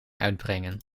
uitbrengen